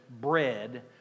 bread